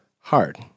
hard